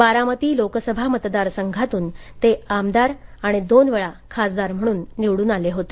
बारामती लोकसभा मतदारसंघातून ते आमदार आणि दोन वेळा खासदार म्हणून निवडून आले होते